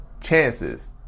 Chances